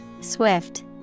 Swift